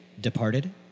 Departed